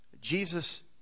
Jesus